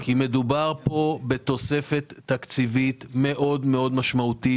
כי מדובר בתוספת תקציבית מאוד מאוד משמעותית.